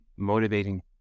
motivating